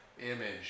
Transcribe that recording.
image